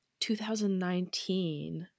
2019